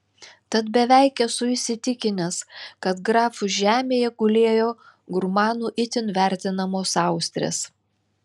tad beveik esu įsitikinęs kad grafų žemėje gulėjo gurmanų itin vertinamos austrės